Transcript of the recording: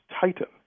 Titan